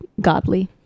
godly